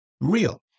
real